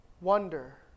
Wonder